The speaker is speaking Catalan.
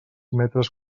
metres